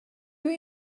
rydw